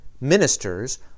ministers